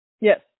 Yes